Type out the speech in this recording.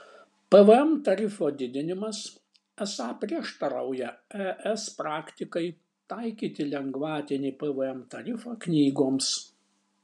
pvm tarifo didinimas esą prieštarauja es praktikai taikyti lengvatinį pvm tarifą knygoms